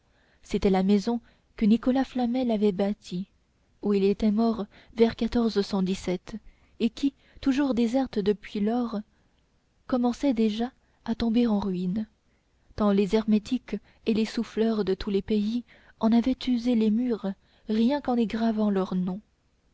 c'était la maison que nicolas flamel avait bâtie où il était mort vers et qui toujours déserte depuis lors commençait déjà à tomber en ruine tant les hermétiques et les souffleurs de tous les pays en avaient usé les murs rien qu'en y gravant leurs noms